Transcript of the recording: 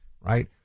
right